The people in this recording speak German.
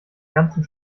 ganzen